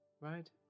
right